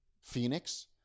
Phoenix